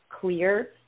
clear